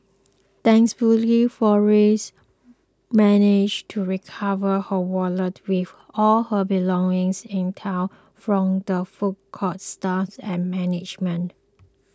thankfully Flores managed to recover her wallet with all her belongings intact from the food court's staff and management